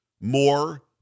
more